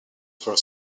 for